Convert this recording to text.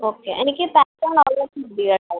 okay എനിക്ക് pattern diamond മതി കേട്ടോ